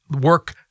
work